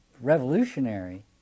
revolutionary